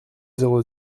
zéro